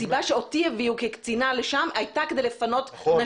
הסיבה שאותי הביאו כקצינה לשם הייתה כדי לפנות נשים.